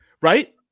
Right